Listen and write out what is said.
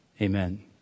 amen